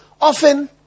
often